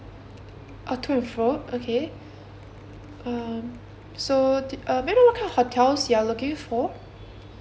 okay so uh may I know what kind of hotels you are looking for